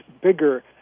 bigger